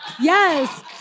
yes